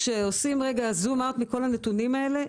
כשעושים זום אאוט מכל הנתונים האלה,